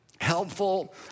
helpful